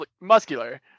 muscular